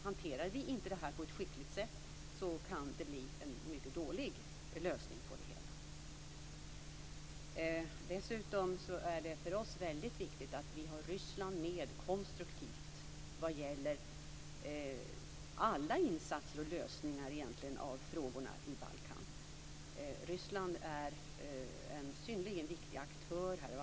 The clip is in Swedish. Hanterar vi inte detta på ett skickligt sätt kan det bli en mycket dålig lösning på det hela. Dessutom är det för oss väldigt viktigt att vi har Ryssland med konstruktivt vad gäller alla insatser och lösningar av frågorna i Balkan. Ryssland är en synnerligen viktig aktör här.